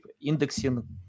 indexing